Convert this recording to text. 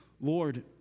Lord